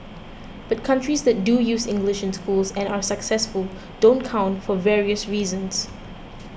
but countries that do use English in schools and are successful don't count for various reasons